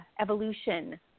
evolution